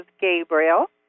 Gabriel